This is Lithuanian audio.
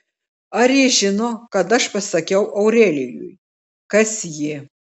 ar ji žino kad aš pasakiau aurelijui kas ji